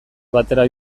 batera